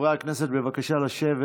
חברי הכנסת, בבקשה לשבת.